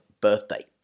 birthday